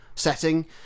setting